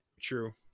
True